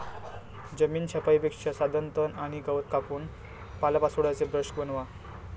जमीन छपाईचे साधन तण आणि गवत कापून पालापाचोळ्याचा ब्रश बनवा